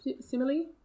simile